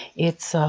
it's a